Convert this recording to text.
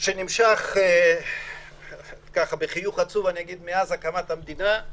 שנמשך מאז הקמת המדינה.